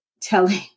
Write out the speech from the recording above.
telling